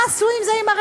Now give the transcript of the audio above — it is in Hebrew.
מה עשו עם זה ברשת?